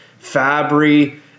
Fabry